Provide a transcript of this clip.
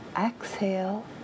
exhale